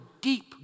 deep